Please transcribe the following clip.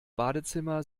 badezimmer